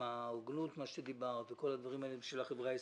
עם ההוגנות שעליה דיברת וכל הדברים האלה בשביל החברת הישראלית?